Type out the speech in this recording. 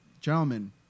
gentlemen